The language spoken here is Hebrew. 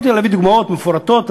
יכולתי להביא דוגמאות מפורטות,